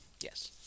yes